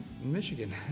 Michigan